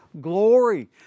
Glory